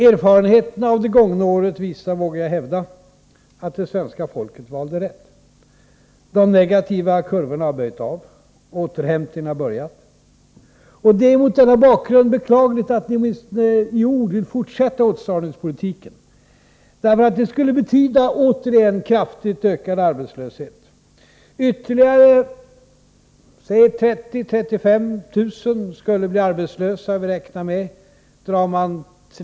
Erfarenheterna av det gångna året visar, vågar jag hävda, att det svenska folket valde rätt. De negativa kurvorna har böjt av. Återhämtningen har börjat. Det är mot denna bakgrund beklagligt att ni, åtminstone i ord, vill fortsätta åtstramningspolitiken. Det skulle nämligen återigen betyda kraftigt ökad arbetslöshet. Vi har räknat fram att ytterligare 30 000-35 000 skulle bli arbetslösa.